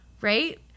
right